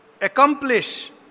accomplish